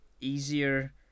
easier